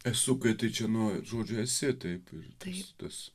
esu kai tai čia nuo žodžio esi taip ir taip tas